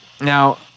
Now